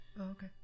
okay